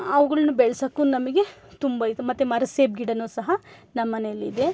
ಅವುಗಳ್ನ ಬೆಳ್ಸೋಕು ನಮಗೆ ತುಂಬ ಇದು ಮತ್ತು ಮರ ಸೇಬು ಗಿಡ ಸಹ ನಮ್ಮ ಮನೆಯಲ್ಲಿದೆ